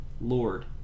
Lord